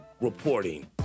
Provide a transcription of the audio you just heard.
reporting